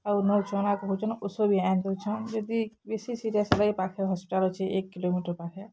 ନଉଛନ୍ ଆଗ ହଉଛନ୍ ଉସ୍ ବି ଆଣଦଉଛନ୍ ଯଦି ବେଶୀ ସିରିଏସ୍ ହେଲା ଏଇ ପାଖେ ହସ୍ପିଟାଲ୍ ଅଛେ ଏକ କିଲୋମିଟର୍ ପାଖେ